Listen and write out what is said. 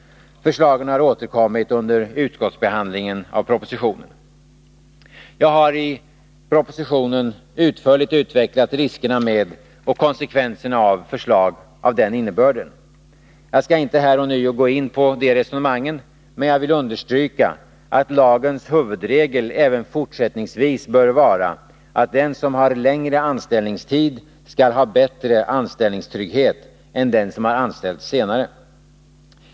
Förslagen har återkommit under utskottsbehandlingen av propositionen. Jag har i propositionen utförligt utvecklat riskerna med och konsekvenserna av förslag av den innebörden. Jag skall inte här ånyo gå in på de resonemangen. Men jag vill understryka att lagens huvudregel även fortsättningsvis bör vara, att den som har längre anställningstid skall ha bättre anställningstrygghet än den som har anställts senare.